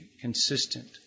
consistent